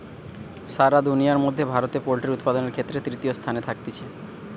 সারা দুনিয়ার মধ্যে ভারতে পোল্ট্রি উপাদানের ক্ষেত্রে তৃতীয় স্থানে থাকতিছে